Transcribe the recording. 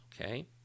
Okay